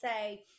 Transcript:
say